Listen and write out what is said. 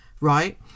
right